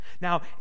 Now